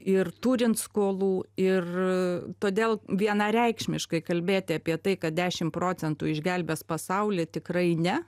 ir turint skolų ir todėl vienareikšmiškai kalbėti apie tai kad dešimt procentų išgelbės pasaulį tikrai ne